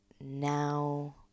now